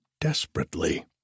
desperately